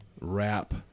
wrap